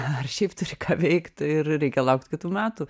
ar šiaip turi ką veikti ir reikia laukt kitų metų